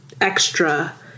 extra